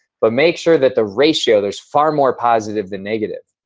but make sure that the ratio, there's far more positive than negative.